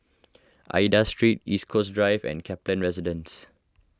Aida Street East Coast Drive and Kaplan Residence